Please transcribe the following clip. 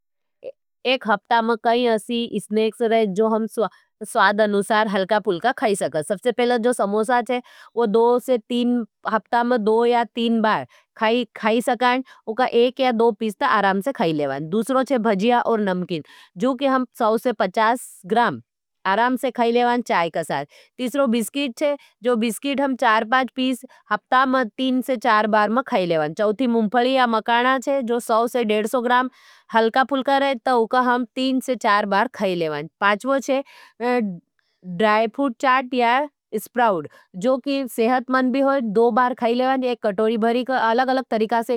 एक हफ़्ता में कई असी स्नेक्स रहे, जो हम स्वाद अनुसार हलका पुलका खाई सकज। सबसे पहला जो समोसा छे, वो दो से तीन हफ़्ता में दो या तीन बार खाई सकई। उका एक या दो पिस्ता आरामसे खाई लेवाण। दूसरो छे भजिया और नमकिन। जो कि हम सौ से पचास ग्राम आराम से खाई लेवाण चाय कसार। तीसरो बिस्किट छे, जो बिस्किट हम चार से पाँच पीस, हफ़्ता में तीन से चार बार में खाई लेवाण।